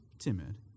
timid